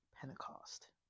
pentecost